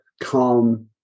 calm